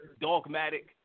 Dogmatic